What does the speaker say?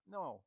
No